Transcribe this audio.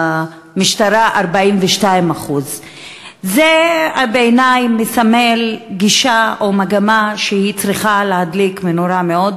המשטרה 42% זה מסמל בעיני גישה או מגמה שצריכה להדליק נורה מאוד